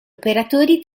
operatori